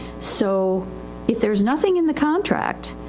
so if thereis nothing in the contract,